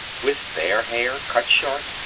with fair hair, cut short,